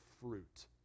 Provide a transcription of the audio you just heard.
fruit